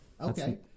Okay